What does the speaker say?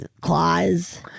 claws